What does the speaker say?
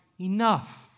enough